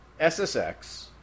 SSX